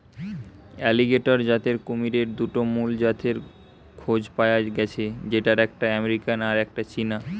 alligator জাতের কুমিরের দুটা মুল জাতের খোঁজ পায়া গ্যাছে যেটার একটা আমেরিকান আর একটা চীনা